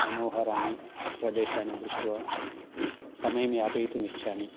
मनोहराणि प्रदेशानि दृष्ट्वा समयं यापयितुम् इच्छामि